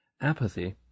Apathy